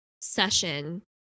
session